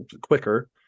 quicker